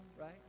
right